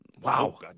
Wow